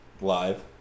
live